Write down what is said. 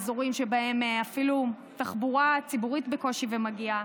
אזורים שבהם אפילו תחבורה ציבורית בקושי מגיעה.